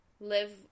live